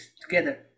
together